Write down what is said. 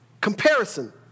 comparison